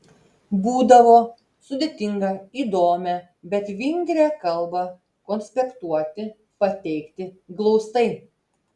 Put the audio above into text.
būdavo sudėtinga įdomią bet vingrią kalbą konspektuoti pateikti glaustai